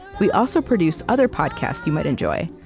we also produce other podcasts you might enjoy,